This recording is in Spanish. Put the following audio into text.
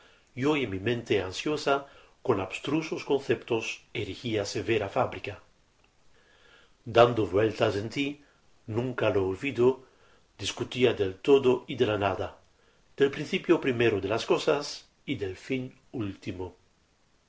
rima yo en mi mente ansiosa con abstrusos conceptos erigía severa fábrica dando vueltas en tí nunca lo olvido discutía del todo y de la nada del principio primero de las cosas y del fin último